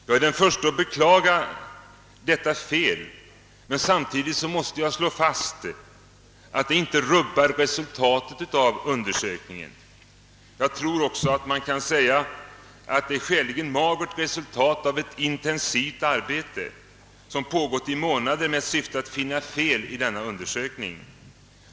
Jag är den förste att beklaga detta fel, men samtidigt måste jag slå fast att det inte rubbar resultatet av undersökningen. Jag tror också att man kan säga att det är ett skäligen magert resultat av ett intensivt arbete som pågått i månader med syfte att finna fel i denna undersökning.